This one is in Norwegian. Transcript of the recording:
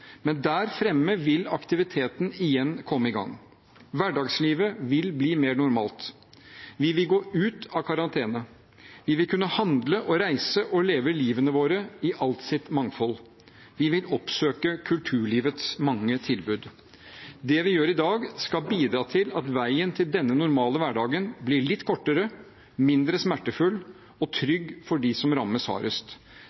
men der fremme vil aktiviteten igjen komme i gang. Hverdagslivet vil bli mer normalt. Vi vil gå ut av karantene. Vi vil kunne handle og reise og leve livet vårt i alt sitt mangfold. Vi vil oppsøke kulturlivets mange tilbud. Det vi gjør i dag, skal bidra til at veien til denne normale hverdagen blir litt kortere, mindre smertefull og